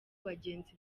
bagenzi